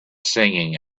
singing